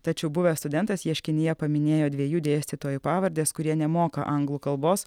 tačiau buvęs studentas ieškinyje paminėjo dviejų dėstytojų pavardes kurie nemoka anglų kalbos